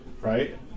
right